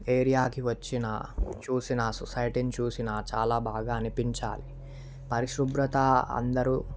ఏరియాకి వచ్చిన చూసినా సొసైటీని చూసినా చాలా బాగా అనిపించాలి పరిశుభ్రత అందరు